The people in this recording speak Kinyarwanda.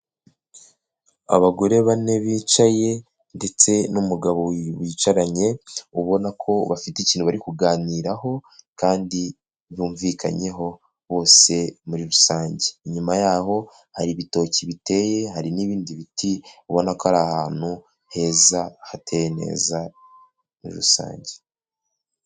Abagore bane bicaye ndetse n'umugabo bicaranye ubona ko bafite ikintu bari kuganiraho kandi bumvikanyeho bose muri rusange, inyuma yabo hari ibitoki biteye hari n'ibindi biti ubona ko ari ahantu heza hateye neza muri rusange.